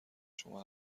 شما